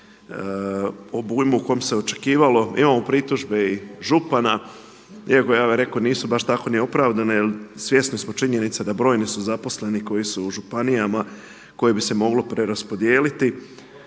obujmu u kojem se očekivalo, imamo pritužbe i župana iako ja bih rekao nisu baš tako ni opravdane jer svjesni smo činjenice da brojni su zaposleni koji su u županijama, koje bi se moglo preraspodijeliti.